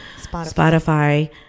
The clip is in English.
Spotify